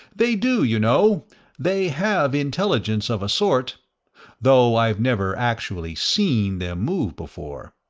they do, you know they have intelligence of a sort though i've never actually seen them move before,